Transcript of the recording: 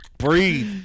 Breathe